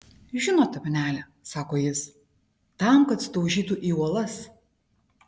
žinote panele sako jis tam kad sudaužytų į uolas